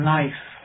life